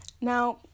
Now